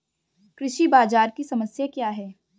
कृषि बाजार की समस्या क्या है?